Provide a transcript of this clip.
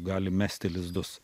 gali mesti lizdus